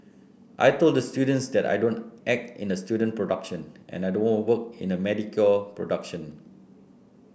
I told the students that I don't act in a student production and I don't work in a mediocre production